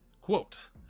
Quote